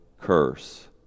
curse